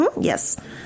Yes